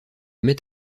met